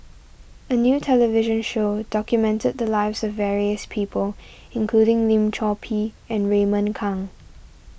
a new television show documented the lives of various people including Lim Chor Pee and Raymond Kang